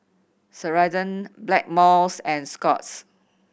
Ceradan Blackmores and Scott's